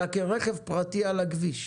אלא כרכב פרטי על הכביש,